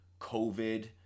COVID